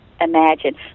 imagine